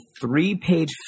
three-page